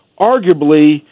arguably